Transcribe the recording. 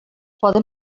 poden